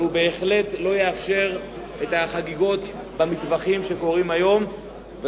אבל הוא בהחלט לא יאפשר את החגיגות שקורות היום במטווחים,